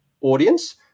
audience